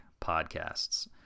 podcasts